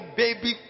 baby